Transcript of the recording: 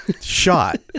shot